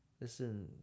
listen